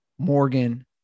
morgan